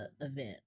event